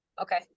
Okay